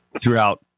throughout